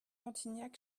montignac